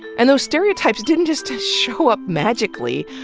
and those stereotypes didn't just show up magically,